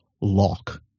lock